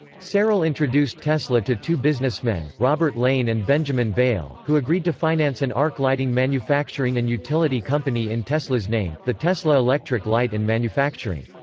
serrell introduced tesla to two businessmen, robert lane and benjamin vail, who agreed to finance an and arc lighting manufacturing and utility company in tesla's name, the tesla electric light and manufacturing.